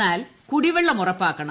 എന്നാൽ കുടിവെളളം ഉറപ്പാക്കണം